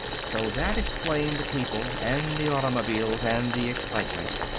so that explained the people, and the automobiles, and the excitement.